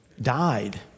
died